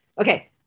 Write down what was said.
Okay